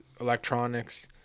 electronics